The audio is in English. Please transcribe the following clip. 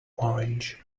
orange